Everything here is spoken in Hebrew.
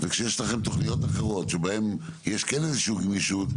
זה כשיש לכם תוכניות אחרות שבהן יש כן איזשהו גמישות,